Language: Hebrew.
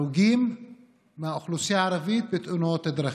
הרוגים מהאוכלוסייה הערבית בתאונות דרכים.